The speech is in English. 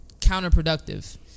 counterproductive